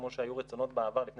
כמו שהיו רצונות בעבר לפני